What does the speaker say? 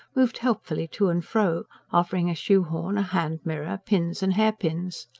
moved helpfully to and fro, offering a shoe-horn, a hand-mirror, pins and hairpins.